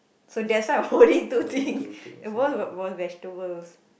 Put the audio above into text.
so that's why I'm holding two thing both was vegetables